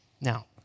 Now